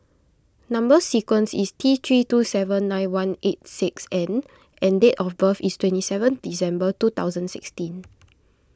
Number Sequence is T three two seven nine one eight six N and date of birth is twenty seven December two thousand sixteen